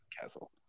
Castle